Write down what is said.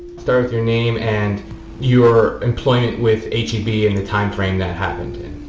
start with your name and your employment with h e b and the timeframe that happened